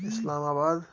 اِسلام آباد